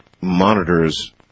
monitors